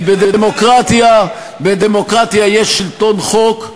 כי בדמוקרטיה יש שלטון חוק,